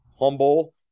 humble